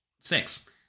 six